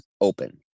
Open